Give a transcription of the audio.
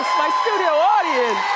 my studio audience.